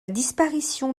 disparition